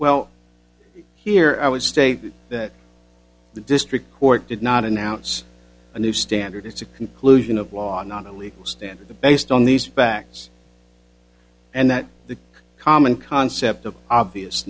well here i would state that the district court did not announce a new standard it's a conclusion of law and not a legal standard to based on these facts and that the common concept of obvious